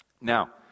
Now